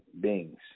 beings